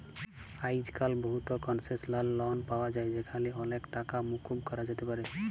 আইজক্যাল বহুত কলসেসলাল লন পাওয়া যায় যেখালে অলেক টাকা মুকুব ক্যরা যাতে পারে